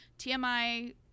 tmi